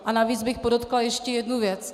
A navíc bych podotkla ještě jednu věc.